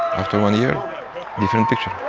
after one year, a different picture.